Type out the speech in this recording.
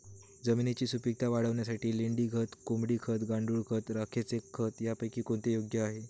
जमिनीची सुपिकता वाढवण्यासाठी लेंडी खत, कोंबडी खत, गांडूळ खत, राखेचे खत यापैकी कोणते योग्य आहे?